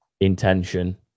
intention